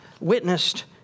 witnessed